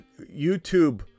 YouTube